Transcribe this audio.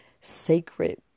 sacred